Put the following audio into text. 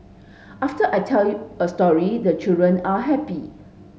after I tell you a story the children are happy